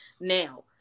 now